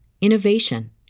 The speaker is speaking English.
innovation